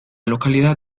localidad